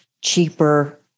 cheaper